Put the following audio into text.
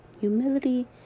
Humility